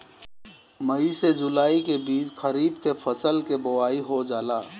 मई से जुलाई के बीच खरीफ के फसल के बोआई हो जाला